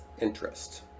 interest